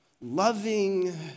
loving